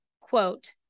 quote